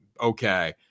okay